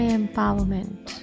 empowerment